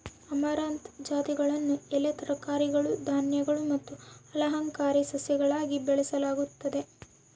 amaranth ಜಾತಿಗಳನ್ನು ಎಲೆ ತರಕಾರಿಗಳು ಧಾನ್ಯಗಳು ಮತ್ತು ಅಲಂಕಾರಿಕ ಸಸ್ಯಗಳಾಗಿ ಬೆಳೆಸಲಾಗುತ್ತದೆ